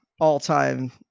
all-time